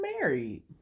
married